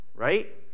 Right